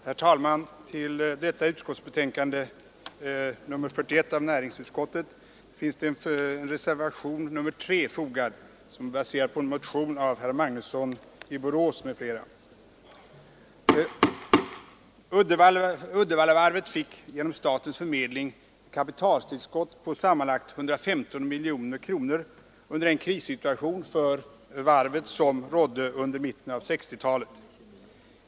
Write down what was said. Herr talman! Vid näringsutskottets betänkande nr 41 finns fogad reservationen 3, baserad på en motion av herr Magnusson i Borås m.fl. Uddevallavarvet fick genom statens förmedling kapitaltilskott på sammanlagt 115 miljoner kronor i den krissituation för varvet som rådde under mitten av 1960-talet.